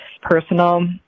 personal